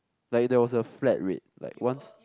like there was a flat rate like once